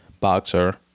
boxer